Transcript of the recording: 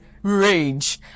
rage